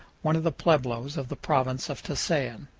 one of the pueblos of the province of tusayan.